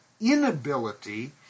inability